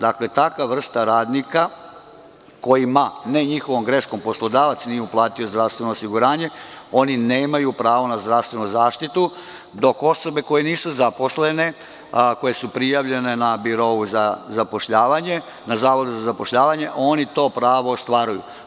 Dakle, takva vrsta radnika kojima, ne njihovom greškom, poslodavac nije uplatio zdravstveno osiguranje, oni nemaju pravo na zdravstvenu zaštitu, dok osobe koje nisu zaposlene, koje su prijavljene na Birou za zapošljavanje, na Zavodu za zapošljavanje, oni to pravo ostvaruju.